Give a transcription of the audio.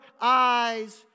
eyes